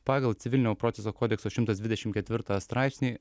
pagal civilinio proceso kodekso šimtas dvidešimt ketvirtą straipsnį